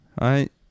right